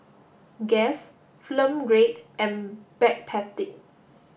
Guess Film Grade and Backpedic